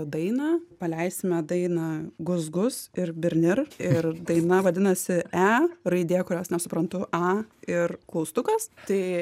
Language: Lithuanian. dainą paleisime dainą gus gus ir berner ir daina vadinasi e raidė kurios nesuprantu a ir klaustukas tai